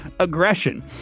aggression